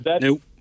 Nope